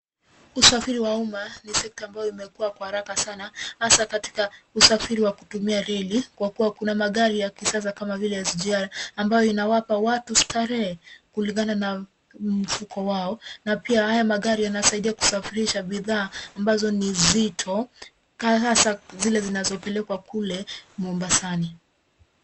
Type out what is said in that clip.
Usafiri wa umma ni sekta ambayo imekua kwa haraka sana hasa katika usafiri wa kutumia reli kwa kuwa kuna magari ya kisasa kama vile SGR ambayo inawapa watu starehe, kilingana na mfuko wao na pia haya magari yanasaidia kusafirisha bidhaa ambazo ni zito hasa zile zinazopelekwa kule Mombasani.